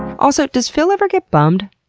also, does phil ever get bummed?